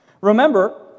Remember